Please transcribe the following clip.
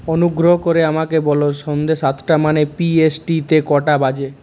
অনুগ্রহ করে আমাকে বল সন্ধ্যে সাতটা মানে পি এস টি তে কটা বাজে